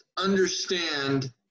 understand